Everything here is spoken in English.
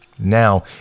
Now